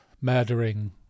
murdering